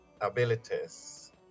abilities